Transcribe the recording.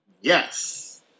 yes